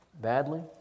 badly